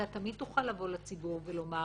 אתה תמיד תוכל לבוא לציבור ולומר,